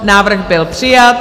Návrh byl přijat.